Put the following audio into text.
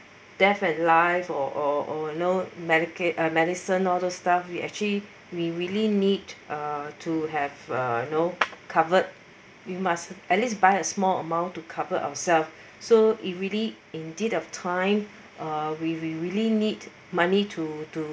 death and life or or or you know medical or medicine all those stuff we actually we really need uh to have uh you know covered we must at least buy a small amount to cover ourselves so it really indeed of time uh we we really need money to to